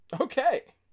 okay